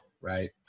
Right